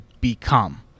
become